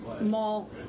mall